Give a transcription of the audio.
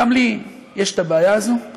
גם לי יש בעיה כזאת,